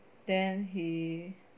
then he